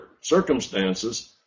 circumstances